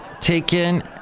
taken